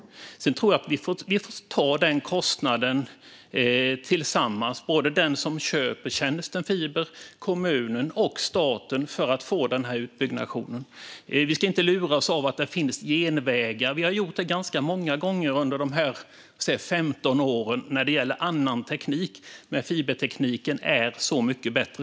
Vi får ta kostnaden tillsammans, både den som köper tjänsten fiber, kommunen och staten för att få till utbyggnationen. Vi ska inte låta oss luras av att det finns genvägar. Vi har gjort det ganska många gånger under dessa 15 år när det gäller annan teknik. Men fibertekniken är så mycket bättre.